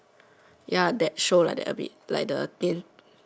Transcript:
ya that show like that a bit like the dian~